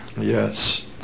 Yes